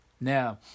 Now